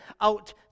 out